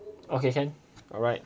okay can alright